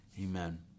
Amen